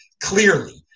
clearly